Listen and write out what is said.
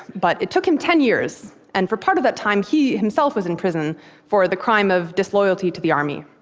but it took him ten years, and for part of that time, he himself was in prison for the crime of disloyalty to the army.